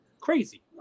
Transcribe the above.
Crazy